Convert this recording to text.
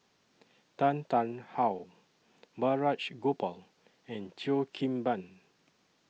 Tan Tarn How Balraj Gopal and Cheo Kim Ban